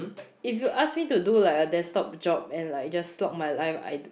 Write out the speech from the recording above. if you ask me to do like a desktop job and like just slot my life I